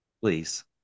please